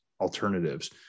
alternatives